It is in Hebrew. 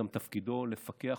תפקידו גם לפקח,